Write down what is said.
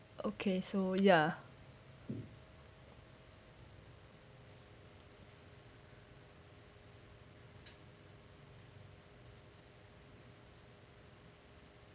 okay so ya